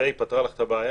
והיא פתרה לך את הבעיה?